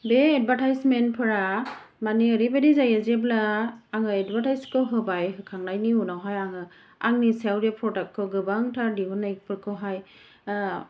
बे एदभारटाइसमेनफोरा माने ओरैबायदि जायो जेब्ला आङो एदभार्टाइसखौ होबाय होखांनायनि उनावहाय आङो आंनि सायाव बे प्रदाक्टखौ गोबांथार दिहुननायफोरखौहाय